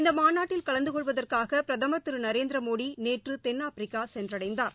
இந்தமாநாட்டில் கலந்துகொள்வதற்காகபிரதமர் திருநரேந்திரமோடிநேற்றதென்னாப்பிரிக்காசென்றடைந்தார்